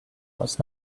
was